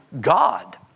God